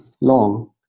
long